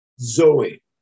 Zoe